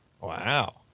Wow